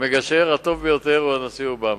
המגשר הטוב ביותר הוא הנשיא אובמה.